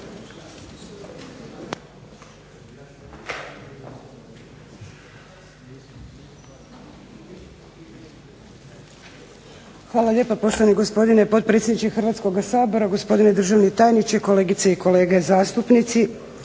Hvala lijepa poštovani gospodine potpredsjedniče Hrvatskoga sabora, gospodine državni tajniče, kolegice i kolege zastupnici.